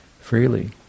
freely